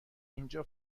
اینجا